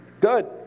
Good